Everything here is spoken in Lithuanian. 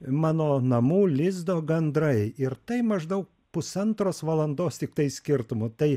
mano namų lizdo gandrai ir tai maždau pusantros valandos tiktai skirtumu tai